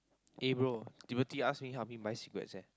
eh bro Timothy ask me help him buy cigarettes eh